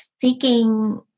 seeking